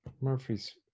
Murphy's